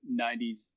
90s